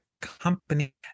company